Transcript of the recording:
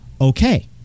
okay